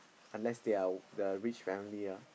unless they are they are rich family ya